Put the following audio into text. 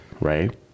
right